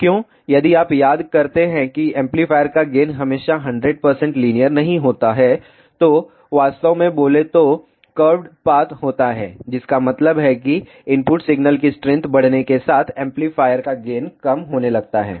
क्यों यदि आप याद करते हैं कि एम्पलीफायर का गेन हमेशा 100 लीनियर नहीं होता है तो वास्तव में बोले तो कर्व्ड पाथ होता है जिसका मतलब है कि इनपुट सिग्नल की स्ट्रेंथ बढ़ने के साथ एम्पलीफायर का गेन कम होने लगता है